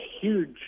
huge